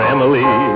Emily